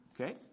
Okay